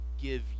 give